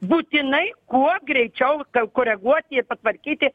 būtinai kuo greičiau ka koreguoti ir patvarkyti